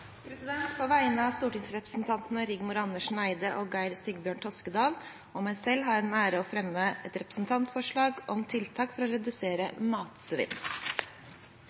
representantforslag. På vegne av stortingsrepresentantene Rigmor Andersen Eide, Geir Sigbjørn Toskedal og meg selv har jeg den ære å fremme et representantforslag om tiltak for å redusere matsvinn.